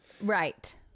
Right